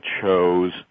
chose